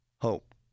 hope